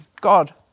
God